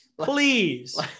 Please